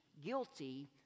Guilty